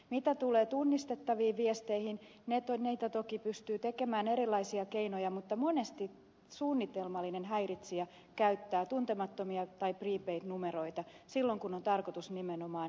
mitä tulee tunnistettaviin viesteihin toki pystyy käyttämään erilaisia keinoja mutta monesti suunnitelmallinen häiritsijä käyttää tuntemattomia tai prepaid numeroita silloin kun on tarkoitus nimenomaan häiritä